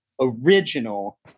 original